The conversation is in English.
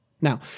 Now